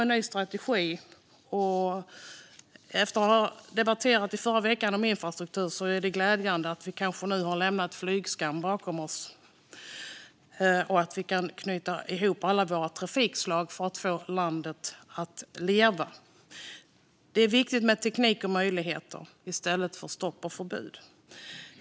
Det är glädjande att vi nu, efter att ha debatterat infrastruktur förra veckan, kanske har lämnat flygskammen bakom oss och att vi kan knyta ihop alla landets trafikslag för att få landet att leva. Det är viktigt med teknik och möjligheter i stället för stopp och förbud.